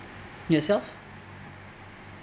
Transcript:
yourself